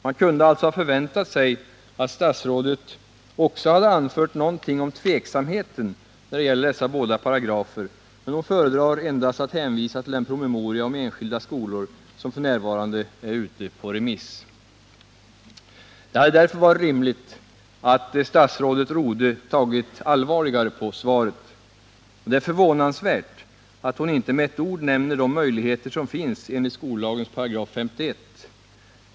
Man kunde alltså ha förväntat sig att statsrådet också hade anfört någonting om tveksamheten när det gäller dessa båda paragrafer, men hon föredrar att endast hänvisa till den promemoria om enskilda skolor som f. n. är ute på remiss. Det hade därför varit rimligt att statsrådet Rodhe tagit allvarligare på svaret. Och det är förvånansvärt att hon inte med ett ord nämner de möjligheter som finns enligt skollagens 51 §.